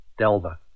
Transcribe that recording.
Delva